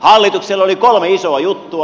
hallituksella oli kolme isoa juttua